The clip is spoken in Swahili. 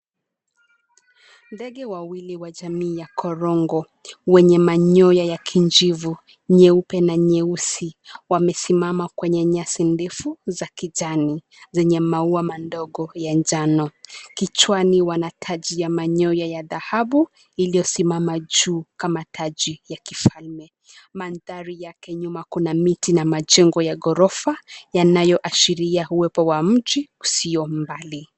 Ndege wawili wa jamii ya korongo wenye manyoya ya kinjivu, nyeupe na nyeusi. Wamesimama kwenye nyasi ndefu za kijani zenye maua mandogo ya njano. Kichwani wana taji ya manyoya ya dhahabu iliyosimama juu kama taji ya kifalme. Mandhari yake nyuma kuna miti na majengo ya gorofa yanayoashiria uwepo wa mji usio mbali.